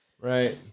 Right